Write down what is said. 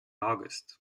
august